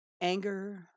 Anger